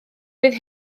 fydd